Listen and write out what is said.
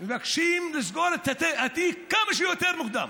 מבקשים לסגור את התיק כמה שיותר מוקדם.